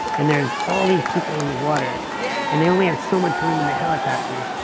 and there's all these people in the water and they only have so much room in the helicopter,